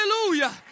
Hallelujah